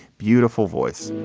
beautiful voice